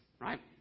Right